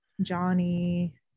Johnny